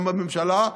גם בממשלה,